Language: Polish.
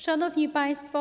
Szanowni Państwo!